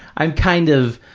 i'm kind of,